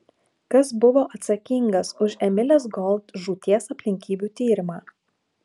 kas buvo atsakingas už emilės gold žūties aplinkybių tyrimą